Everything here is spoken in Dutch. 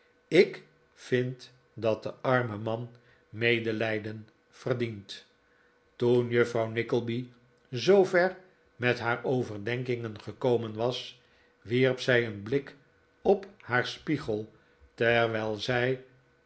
ik vind dat de arme man medelijden verdient toen juffrouw nickleby zoover met haar overdenkingen gekomen was wierp zij een blik op haar spiegel terwijl zij